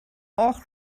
och